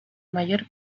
mayor